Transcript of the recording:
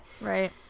Right